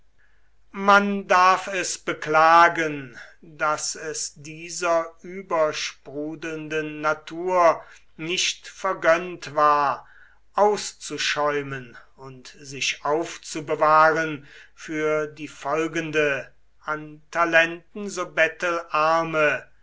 man darf es beklagen daß es dieser übersprudelnden natur nicht vergönnt war auszuschäumen und sich aufzubewahren für die folgende an talenten so bettelarme